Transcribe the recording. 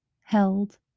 held